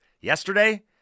Yesterday